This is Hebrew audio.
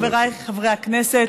חבריי חברי הכנסת,